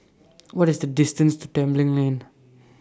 What IS The distance to Tembeling Lane